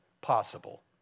possible